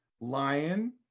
lion